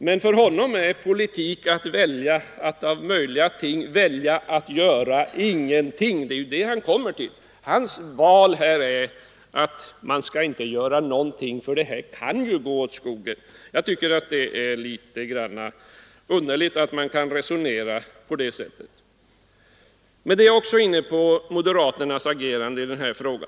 Men för herr Regnéll är politik tydligen att välja att av möjliga ting göra ingenting. Det var nämligen vad han kom fram till. Herr Regnélls val är att man inte skall göra någonting, ty det kan ju gå åt skogen. Jag tycker det är litet underligt att man kan resonera på det sättet. Därmed är jag inne på moderaternas agerande i denna fråga.